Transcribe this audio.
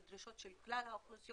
לפי הדרישות של כלל האוכלוסיות